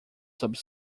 sobre